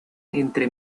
entre